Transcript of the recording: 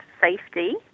safety